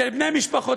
של בני משפחותיהם,